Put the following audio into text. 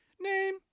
Name